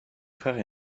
frère